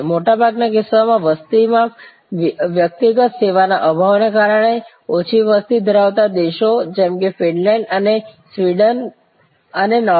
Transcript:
મોટાભાગના કિસ્સાઓમાં વસ્તીમાં વ્યક્તિગત સેવાના અભાવને કારણે ઓછી વસ્તી ધરાવતા દેશો જેમ કે ફિનલેન્ડ અને સ્વીડન અને નોર્વે